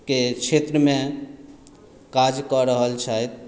के क्षेत्रमे काज कऽ रहल छथि